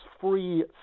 free